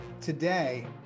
today